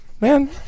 man